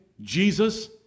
Jesus